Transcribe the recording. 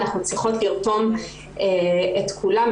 אנחנו צריכות לרתום את כולם,